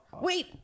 Wait